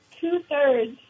two-thirds